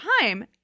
time